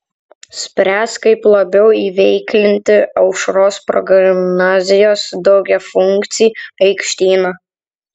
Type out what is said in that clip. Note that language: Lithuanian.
spręs kaip labiau įveiklinti aušros progimnazijos daugiafunkcį aikštyną